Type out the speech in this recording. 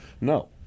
No